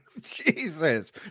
Jesus